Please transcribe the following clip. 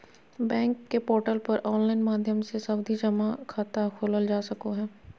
bank के portal पर online माध्यम से सावधि जमा खाता खोलल जा सको हय